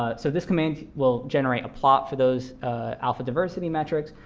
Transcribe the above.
ah so this command will generate a plot for those alpha diversity metrics.